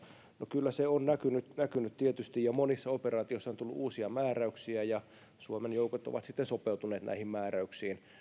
no kyllä se on näkynyt näkynyt tietysti monissa operaatioissa on tullut uusia määräyksiä ja suomen joukot ovat sitten sopeutuneet näihin määräyksiin